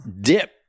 Dip